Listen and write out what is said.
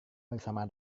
bersama